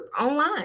online